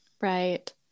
Right